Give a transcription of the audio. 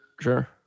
Sure